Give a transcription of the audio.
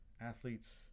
athletes